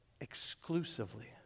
exclusively